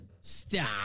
Stop